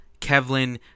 Kevlin